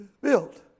built